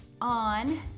on